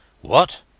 What